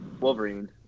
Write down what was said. Wolverine